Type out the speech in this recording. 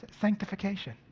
sanctification